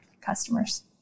customers